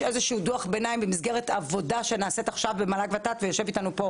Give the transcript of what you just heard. יש דו"ח ביניים במסגרת העבודה שנעשית עכשיו במועצה להשכלה גבוהה ובוועדה